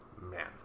man